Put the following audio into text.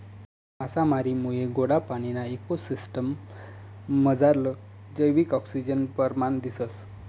मासामारीमुये गोडा पाणीना इको सिसटिम मझारलं जैविक आक्सिजननं परमाण दिसंस